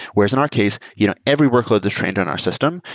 whereas in our case, you know every workload that's trained on our system,